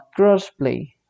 crossplay